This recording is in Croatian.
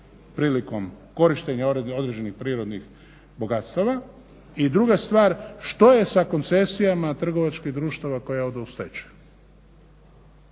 prilikom korištenja određenih prirodnih bogatstava. I druga stvar, što je sa koncesijama trgovačkih društava koja odu u stečaj.